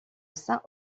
saint